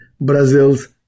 Brazil's